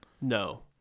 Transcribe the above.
No